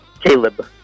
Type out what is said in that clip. Caleb